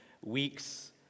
weeks